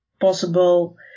possible